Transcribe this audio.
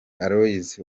aloys